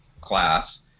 class